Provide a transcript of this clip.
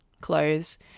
clothes